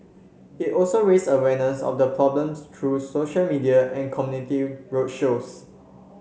it also raised awareness of the problem through social media and community road shows